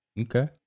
Okay